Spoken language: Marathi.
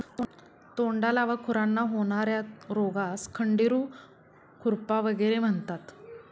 तोंडाला व खुरांना होणार्या रोगास खंडेरू, खुरपा वगैरे म्हणतात